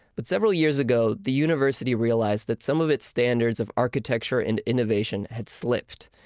but several years ago, the university realized that some of its standards of architecture and innovation had slipped.